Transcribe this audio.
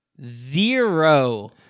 zero